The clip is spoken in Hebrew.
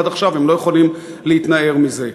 עד עכשיו והם לא יכולים להתנער מזה.